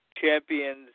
Champions